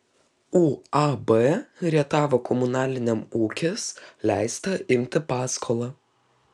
uab rietavo komunaliniam ūkis leista imti paskolą